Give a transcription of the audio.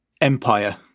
empire